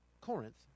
Corinth